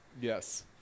Yes